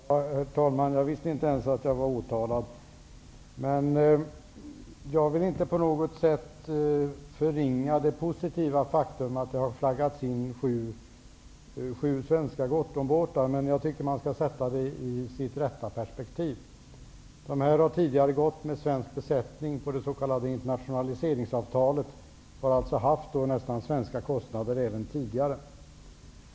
Herr talman! Jag visste inte ens att jag var åtalad. Jag vill inte på något sätt förringa det positiva faktum att det har flaggats in sju svenska Gorthonbåtar, men jag tycker att man skall sätta det i sitt rätta perspektiv. De här båtarna har tidigare till följd av det s.k. internationaliseringsavtalet gått med svensk besättning och har alltså även tidigare haft nästan svenska kostnader.